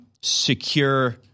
secure